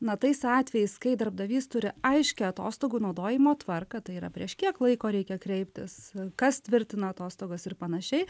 na tais atvejais kai darbdavys turi aiškią atostogų naudojimo tvarką tai yra prieš kiek laiko reikia kreiptis kas tvirtina atostogas ir panašiai